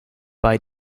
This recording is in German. bei